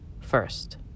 First